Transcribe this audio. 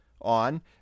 on